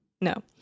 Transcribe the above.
No